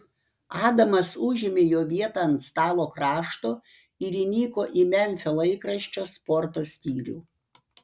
adamas užėmė jo vietą ant stalo krašto ir įniko į memfio laikraščio sporto skyrių